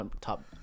top